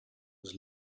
was